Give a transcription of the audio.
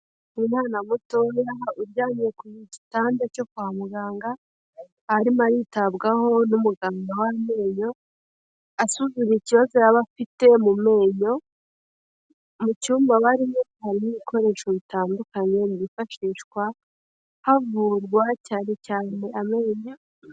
umwana muto uryamye kugitanda cyo kwa muganga arimo aritabwaho n'umuganga w'amenyo asuzumye ikibazo yaba afite mu menyo, mu cyumba barimo harimo ibikoresho bitandukanye byifashishwa havurwa cyane cyane amenyo.